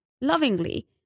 lovingly